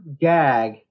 gag